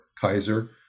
Kaiser